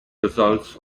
results